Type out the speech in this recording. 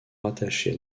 rattachées